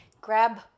grab